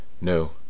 No